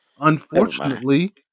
Unfortunately